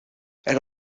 elle